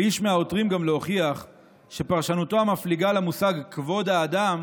ואיש מהעותרים גם לא הוכיח שפרשנותו המפליגה למושג כבוד האדם